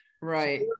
right